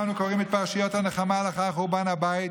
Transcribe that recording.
שבהם אנו קוראים את פרשיות הנחמה לאחר חורבן הבית,